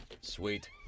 Sweet